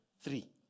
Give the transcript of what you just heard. three